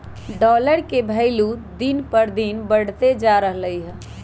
dollar के भइलु दिन पर दिन बढ़इते जा रहलई ह